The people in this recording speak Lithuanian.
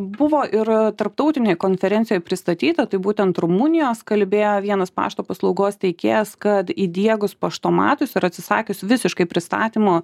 buvo ir tarptautinėj konferencijoj pristatyta tai būtent rumunijos kalbėjo vienas pašto paslaugos teikėjas kad įdiegus paštomatus ir atsisakius visiškai pristatymo